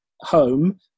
home